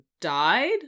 died